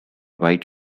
white